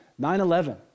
9-11